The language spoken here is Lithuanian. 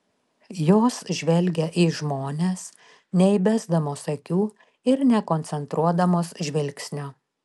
jos žvelgia į žmones neįbesdamos akių ir nekoncentruodamos žvilgsnio